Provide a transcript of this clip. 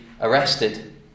arrested